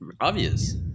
obvious